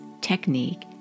technique